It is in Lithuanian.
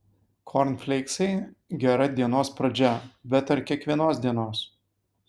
kornfleiksai gera dienos pradžia bet ar kiekvienos dienos